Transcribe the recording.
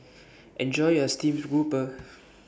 Enjoy your Steamed Grouper